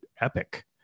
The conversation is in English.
epic